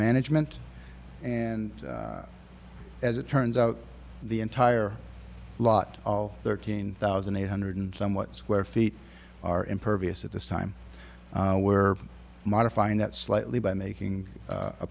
management and as it turns out the entire lot of thirteen thousand eight hundred somewhat square feet are impervious at this time we're modifying that slightly by making a